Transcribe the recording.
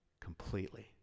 completely